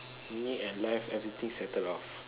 you need a life everything settled off